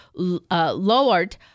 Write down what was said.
Lowart